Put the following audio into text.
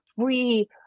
free